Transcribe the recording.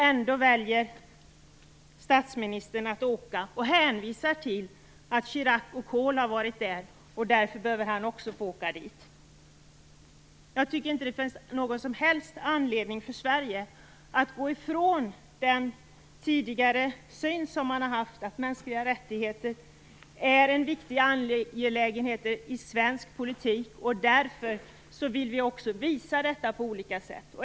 Ändå väljer statsministern att åka och hänvisar till att han, eftersom Chirac och Kohl varit där, också behöver få åka dit. Jag tycker inte att det finns någon som helst anledning för Sverige att gå ifrån tidigare syn - att mänskliga rättigheter är en viktig angelägenhet i svensk politik och att vi därför på olika sätt vill visa det.